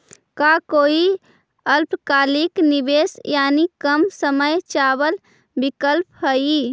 का कोई अल्पकालिक निवेश यानी कम समय चावल विकल्प हई?